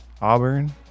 Auburn